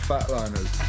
Fatliners